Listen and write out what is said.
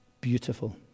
beautiful